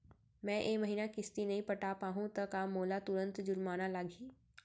मैं ए महीना किस्ती नई पटा पाहू त का मोला तुरंत जुर्माना लागही?